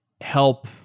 help